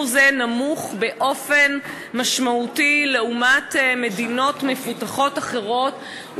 זה נמוך באופן משמעותי לעומת מדינות מפותחות אחרות,